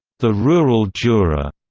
the rural juror,